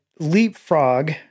leapfrog